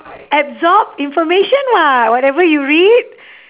absorb information [what] whatever you read